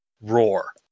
roar